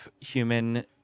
human